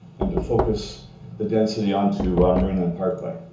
and to focus the density onto um marineland parkway.